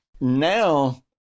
now